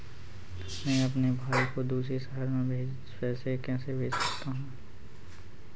मैं अपने भाई को दूसरे शहर से पैसे कैसे भेज सकता हूँ?